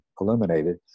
Illuminated